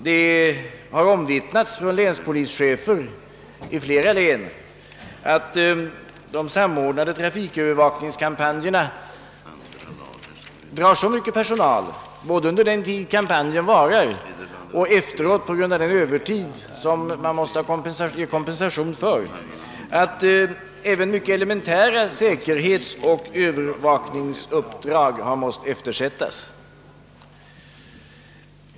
Det har omvittnats från länspolischefer i flera län att de samordnade = trafikövervakningskampanjerna drar så mycket personal både under den tid kampanjen varar och efteråt på grund av den övertid som måste kompenseras, att även mycket elementära säkerhetsoch övervakningsuppdrag har måst eftersättas.